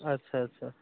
আচ্ছা আচ্ছা